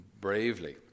bravely